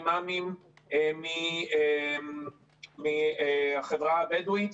אימאמים מהחברה הבדואית.